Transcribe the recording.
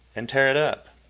and tear it up.